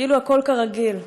כאילו הכול כרגיל,